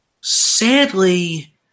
sadly